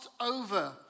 over